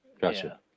Gotcha